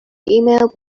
email